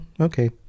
okay